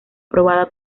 aprobada